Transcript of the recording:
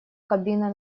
кабина